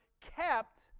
kept